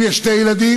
אם יש שני ילדים,